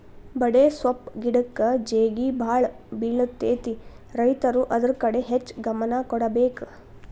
ಬಡೆಸ್ವಪ್ಪ್ ಗಿಡಕ್ಕ ಜೇಗಿಬಾಳ ಬಿಳತೈತಿ ರೈತರು ಅದ್ರ ಕಡೆ ಹೆಚ್ಚ ಗಮನ ಕೊಡಬೇಕ